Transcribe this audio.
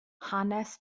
hanes